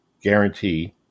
guarantee